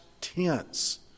tense